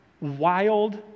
wild